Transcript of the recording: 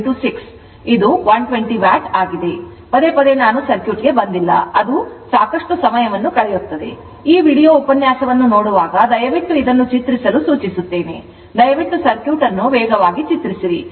ಆದ್ದರಿಂದ ಪದೇ ಪದೇ ನಾನು ಸರ್ಕ್ಯೂಟ್ಗೆ ಬಂದಿಲ್ಲ ಆಗ ಅದು ಸಾಕಷ್ಟು ಸಮಯವನ್ನು ಕಳೆಯುತ್ತದೆ ಈ ವೀಡಿಯೊ ಉಪನ್ಯಾಸವನ್ನು ನೋಡುವಾಗ ದಯವಿಟ್ಟು ಇದನ್ನು ಚಿತ್ರಿಸಲು ಸೂಚಿಸುತ್ತೇನೆ ದಯವಿಟ್ಟು ಸರ್ಕ್ಯೂಟ್ ಅನ್ನು ವೇಗವಾಗಿ ಚಿತ್ರಿಸಿರಿ